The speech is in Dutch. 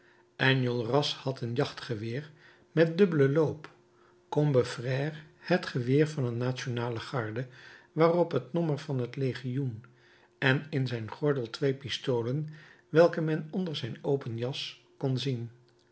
enjolras had een jachtgeweer met dubbelen loop combeferre het geweer van een nationale garde waarop het nommer van het legioen en in zijn gordel twee pistolen welke men onder zijn open jas kon zien